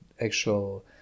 actual